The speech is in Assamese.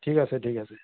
ঠিক আছে ঠিক আছে